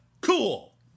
Cool